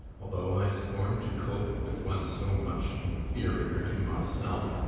although i scorn to cope with one so much inferior to my self,